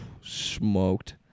Smoked